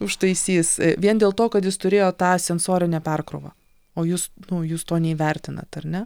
užtaisys vien dėl to kad jis turėjo tą sensorinę perkrovą o jūs nu jūs to neįvertinat ar ne